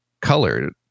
colored